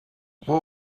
what